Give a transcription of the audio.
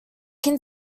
can